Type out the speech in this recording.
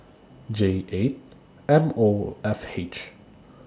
J eight M O F H